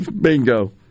Bingo